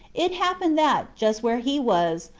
it happened that, just where he was,